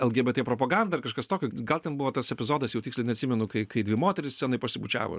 lgbt propagandą ar kažkas tokio gal ten buvo tas epizodas jau tiksliai neatsimenu kai kai dvi moterys scenoj pasibučiavo